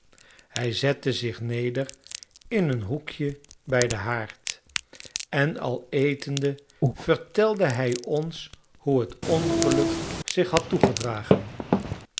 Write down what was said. hij zette zich neder in een hoekje bij den haard en al etende vertelde hij ons hoe het ongeluk zich had toegedragen